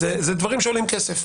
אלה דברים שעולים כסף.